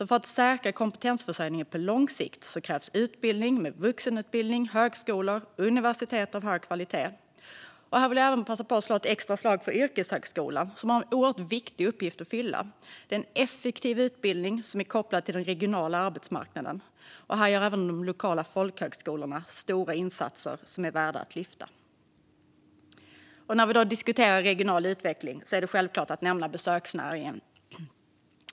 För att säkra kompetensförsörjningen på lång sikt krävs vuxenutbildning, högskolor och universitet av hög kvalitet. Här vill jag även passa på att slå ett extra slag för yrkeshögskolan, som har en oerhört viktig uppgift att fylla. Det är en effektiv utbildning kopplad till den regionala arbetsmarknaden. Även de lokala folkhögskolorna gör stora insatser som är värda att lyfta fram. När vi diskuterar regional utveckling är det självklart att nämna besöksnäringen.